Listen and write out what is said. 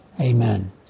Amen